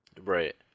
Right